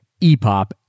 epop